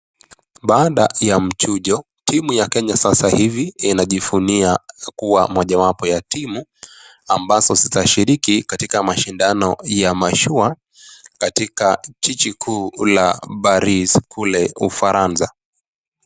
Baada ya mchujo, timu ya Kenya sasa hivi inajivunia kuwa moja wapo ya timu ambazo zitashiriki katika mashindano ya mashua katika jiji kuu Paris la ufaransa.